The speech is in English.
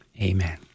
Amen